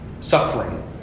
suffering